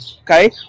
okay